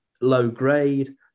low-grade